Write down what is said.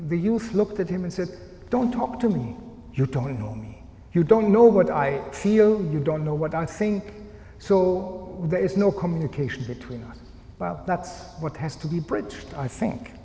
the youth looked at him and said don't talk to me you're turning on me you don't know what i feel you don't know what i think so there is no communication between well that's what has to be bridged i think